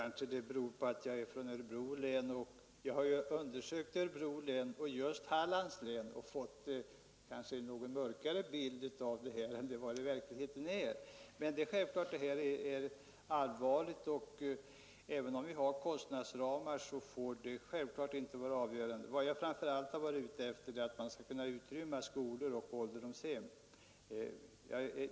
Herr talman! Jag är från Örebro län. Jag har undersökt mitt hemlän jämte Hallands län och fått en kanske något mörkare bild av förhållandena än de i verkligheten är. Men självklart är frågan allvarlig. Även om vi har kostnadsramar, får de dock inte vara avgörande. Vad jag framför allt varit ute efter är att man skall utrymma skolor och ålderdomshem från förråd.